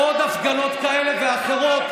עוד הפגנות כאלה ואחרות,